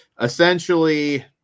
essentially